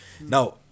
Now